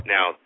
Now